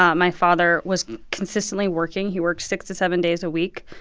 um my father was consistently working. he worked six to seven days a week.